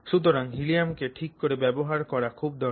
সুতরাং হীলিয়াম্ কে ঠিক করে ব্যবহার করা খুবই দরকার